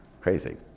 Crazy